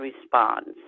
responds